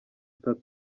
star